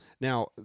Now